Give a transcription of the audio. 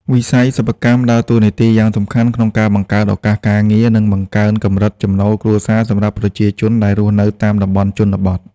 វិស័យសិប្បកម្មដើរតួនាទីយ៉ាងសំខាន់ក្នុងការបង្កើតឱកាសការងារ និងបង្កើនកម្រិតចំណូលគ្រួសារសម្រាប់ប្រជាជនដែលរស់នៅតាមតំបន់ជនបទ។